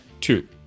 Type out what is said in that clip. two